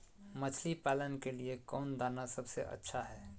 मछली पालन के लिए कौन दाना सबसे अच्छा है?